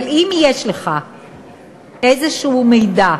אבל אם יש לך איזשהו מידע,